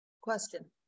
Question